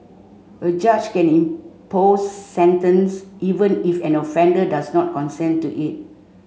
a judge can impose this sentence even if an offender does not consent to it